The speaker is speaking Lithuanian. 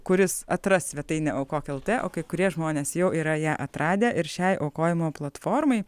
kuris atras svetainę aukok lt o kai kurie žmonės jau yra ją atradę ir šiai aukojimo platformai